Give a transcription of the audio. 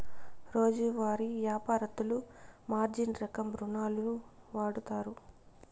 రోజువారీ యాపారత్తులు మార్జిన్ రకం రుణాలును వాడుతారు